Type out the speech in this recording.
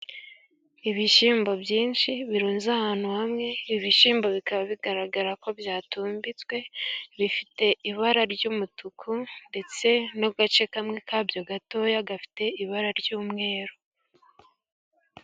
Ibishyimbo byinshi birunze ahantu hamwe. Ibishyimbo bikaba bigaragara ko byatumbitswe. Bifite ibara ry'umutuku ndetse n'agace kamwe kabyo gatoya gafite ibara ry'umweru.